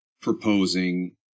proposing